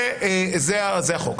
זה החוק.